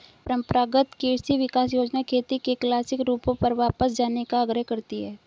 परम्परागत कृषि विकास योजना खेती के क्लासिक रूपों पर वापस जाने का आग्रह करती है